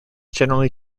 generally